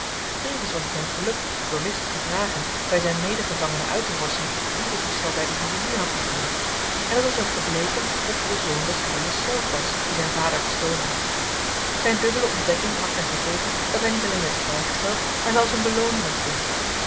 tevens was het hem gelukt door listige vragen bij zijn medegevangenen uit te vorschen wie den diefstal bij den juwelier had begaan en het was hem gebleken dat het de zoon des huizes zelf was die zijn vader bestolen had zijn dubbele ontdekking had ten gevolge dat hij niet alleen werd vrijgesteld maar zelfs een belooning ontving